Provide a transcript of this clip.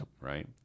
right